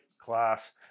class